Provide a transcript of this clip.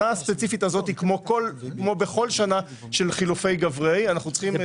כמו כל שנה של חילופי גברי צריך את